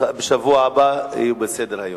יהיו בשבוע הבא בסדר-היום.